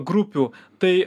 grupių tai